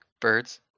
birds